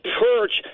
perch